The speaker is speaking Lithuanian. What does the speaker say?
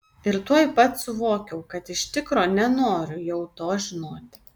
ir tuoj pat suvokiau kad iš tikro nenoriu jau to žinoti